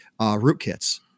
rootkits